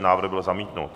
Návrh byl zamítnut.